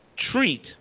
Treat